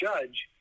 judge